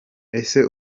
ese